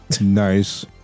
Nice